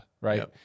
right